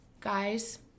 guys